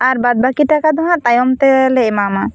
ᱟᱨ ᱵᱟᱫᱽ ᱵᱟᱹᱠᱤ ᱴᱟᱠᱟ ᱫᱚᱦᱟᱜ ᱛᱟᱭᱚᱢ ᱛᱮᱞᱮ ᱮᱢᱟᱣᱟᱢᱟ